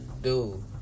Dude